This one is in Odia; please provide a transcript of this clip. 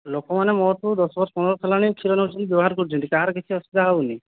ଲୋକମାନେ ମୋଠୁ ଦଶ ବର୍ଷ ପନ୍ଦର ବର୍ଷ ହେଲାଣି କ୍ଷୀର ନେଉଛନ୍ତି ବ୍ୟବହାର କରୁଛନ୍ତି କାହାର କିଛି ଅସୁବିଧା ହେଉନି